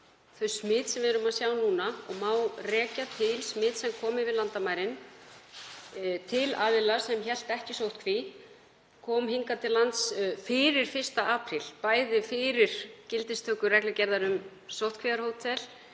þau smit sem við sjáum núna má rekja til smits sem kom yfir landamærin, hjá aðila sem hélt ekki sóttkví, kom hingað til lands fyrir 1. apríl, bæði fyrir gildistöku reglugerðar um sóttkvíarhótel